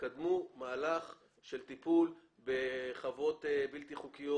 קדמו מהלך של טיפול בחוות בלתי חוקיות.